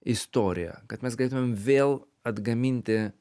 istoriją kad mes galėtumėm vėl atgaminti